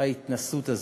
ההתנסות הזאת.